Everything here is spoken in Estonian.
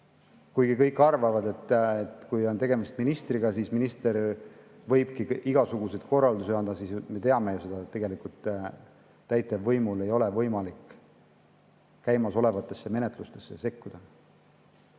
Kuigi kõik arvavad, et kui on tegemist ministriga, siis minister võibki igasuguseid korraldusi anda, aga me teame ju seda, et tegelikult täitevvõimul ei ole võimalik käimasolevatesse menetlustesse sekkuda.